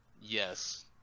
Yes